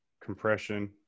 compression